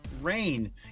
Rain